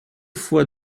fois